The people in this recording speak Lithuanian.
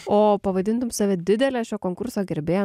o pavadintum save didele šio konkurso gerbėja